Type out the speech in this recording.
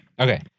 Okay